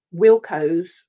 Wilco's